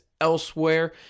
elsewhere